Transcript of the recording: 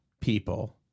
people